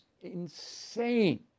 insane